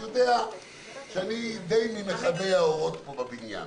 יודע שאני די מכבה האורות פה בבניין.